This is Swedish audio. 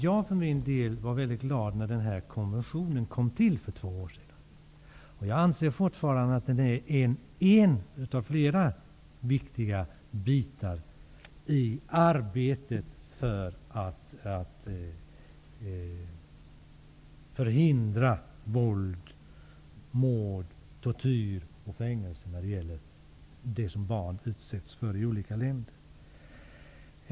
Jag var mycket glad när konventionen kom till för två år sedan, och jag anser fortfarande att den är en av flera viktiga bitar i arbetet för att förhindra våld, mord, tortyr, fängelse och annat som barn utsätts för i olika länder.